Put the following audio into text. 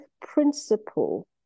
principle